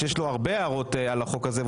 שיש לו הרבה הערות על החוק הזה,